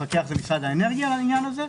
משרד האנרגיה לעניין הזה,